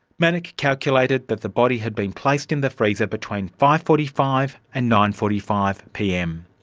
manock calculated that the body had been placed in the freezer between five. forty five and nine. forty five pm.